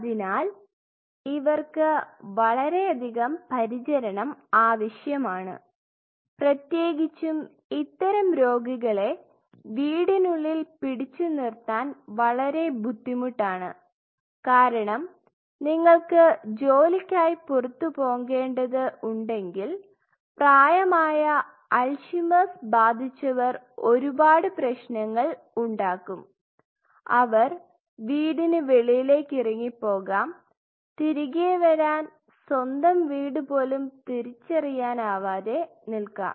അതിനാൽ ഇവർക്ക് വളരെയധികം പരിചരണം ആവശ്യമാണ് പ്രത്യേകിച്ചും ഇത്തരം രോഗികളെ വീടിനുള്ളിൽ പിടിച്ചുനിർത്താൻ വളരെ ബുദ്ധിമുട്ടാണ് കാരണം നിങ്ങൾക്ക് ജോലിക്കായി പുറത്തു പോകേണ്ടത് ഉണ്ടെങ്കിൽ പ്രായമായ അൽഷിമേഴ്സ്Alzheimer's ബാധിച്ചവർ ഒരുപാട് പ്രശ്നങ്ങൾ ഉണ്ടാകും അവർ വീടിന് വെളിയിലേക്ക് ഇറങ്ങി പോകാം തിരികെ വരാൻ സ്വന്തം വീടുപോലും തിരിച്ചറിയാനാവാതെ നിൽക്കാം